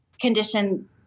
condition